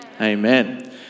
Amen